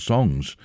Songs